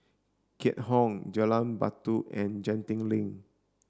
Keat Hong Jalan Batu and Genting Link